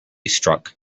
struck